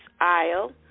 aisle